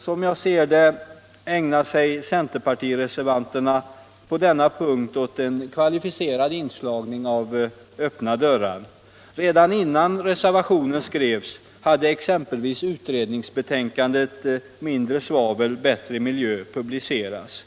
Som jag ser det, ägnar sig centerpartireservanterna på denna punkt åt en kvalificerad inslagning av öppna dörrar. Redan innan reservationen skrevs hade exempelvis utredningsbetänkandet Mindre svavel — bättre miljö publicerats.